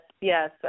yes